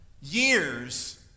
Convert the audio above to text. years